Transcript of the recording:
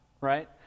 right